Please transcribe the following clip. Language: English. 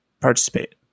participate